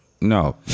No